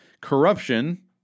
Corruption